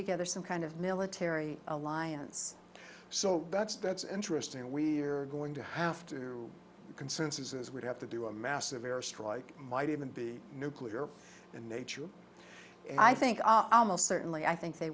together some kind of military alliance so that's that's interesting we're going to have to consensus as we have to do a massive air strike might even be nuclear in nature i think almost certainly i think they